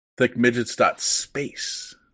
Thickmidgets.space